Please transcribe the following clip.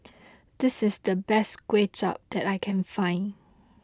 this is the best Kuay Chap that I can find